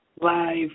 live